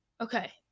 Okay